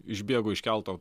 išbėgo iš kelto